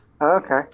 Okay